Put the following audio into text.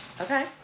Okay